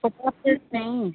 पचास का